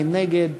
מי נגד?